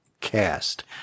cast